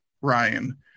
Ryan